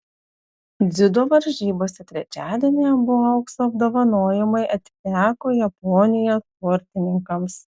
dziudo varžybose trečiadienį abu aukso apdovanojimai atiteko japonijos sportininkams